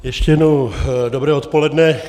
Ještě jednou dobré odpoledne.